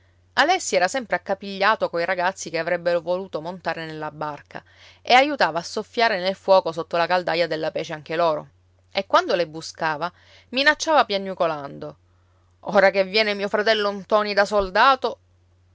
alessi era sempre accapigliato coi ragazzi che avrebbero voluto montare nella barca e aiutare a soffiare nel fuoco sotto la caldaia della pece anche loro e quando le buscava minacciava piagnucolando ora che viene mio fratello ntoni da soldato